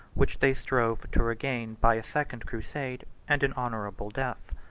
which they strove to regain by a second crusade and an honorable death.